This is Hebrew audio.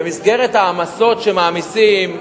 במסגרת העמסות שמעמיסים,